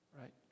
right